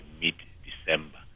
mid-December